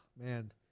man